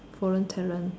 foreign talent